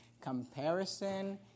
comparison